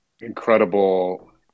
incredible